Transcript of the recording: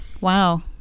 wow